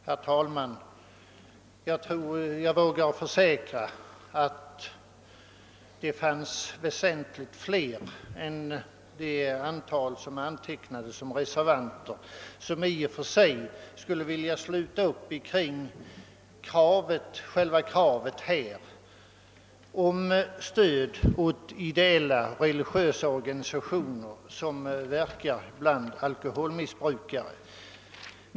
Herr talman! Jag tror jag vågar försäkra att väsentligt flera än de, som är antecknade som reservanter, i och för sig skulle vilja sluta upp kring kravet på stöd åt ideella och religiösa organisationer, som verkar bland alkoholmissbrukare.